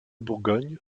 bourgogne